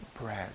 bread